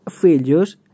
failures